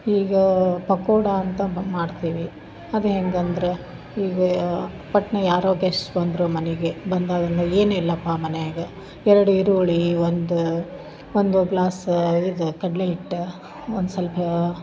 ಈಗ ಪಕೋಡ ಅಂತಂಬ ಮಾಡ್ತೀವಿ ಅದು ಹೆಂಗಂದರೆ ಹೀಗೇ ಪಟ್ನೆ ಯಾರೋ ಗೆಸ್ಟ್ ಬಂದರು ಮನೆಗೆ ಬಂದಾಗ ಏನಿಲ್ಲಪ್ಪ ಮನೆಯಾಗ ಎರಡು ಈರುಳ್ಳಿ ಒಂದು ಒಂದು ಗ್ಲಾಸ್ ಇದು ಕಡ್ಲೆ ಹಿಟ್ಟು ಒಂದು ಸೊಲ್ಪ